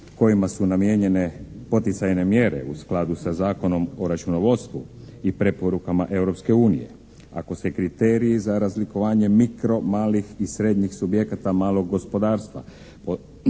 kojima su namijenjen poticajne mjere u skladu sa Zakonom o računovodstvu i preporukama Europske unije, ako se kriteriji za razlikovanje mikro, malih i srednjih subjekata malog gospodarstva,